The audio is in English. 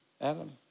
Adam